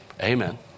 Amen